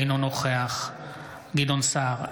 אינו נוכח גדעון סער,